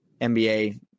NBA